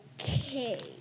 Okay